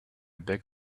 beg